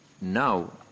Now